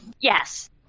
Yes